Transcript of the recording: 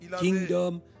kingdom